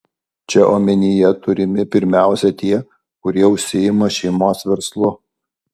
čia omenyje turimi pirmiausia tie kurie užsiima šeimos verslu